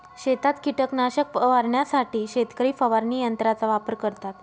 शेतात कीटकनाशक फवारण्यासाठी शेतकरी फवारणी यंत्राचा वापर करतात